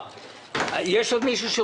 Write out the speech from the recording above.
אני